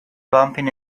bumping